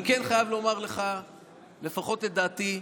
אני חייב לומר לך לפחות את דעתי,